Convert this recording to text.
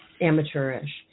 amateurish